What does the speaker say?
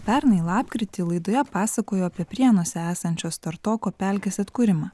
pernai lapkritį laidoje pasakojau apie prienuose esančios tartoko pelkės atkūrimą